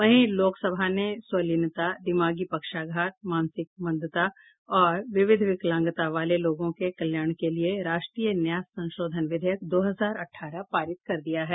वहीं लोकसभा ने स्वलीनता दिमागी पक्षाघात मानसिक मंदता और विविध विकलांगता वाले लोगों के कल्याण के लिए राष्ट्रीय न्यास संशोधन विधेयक दो हजार अठारह पारित कर दिया है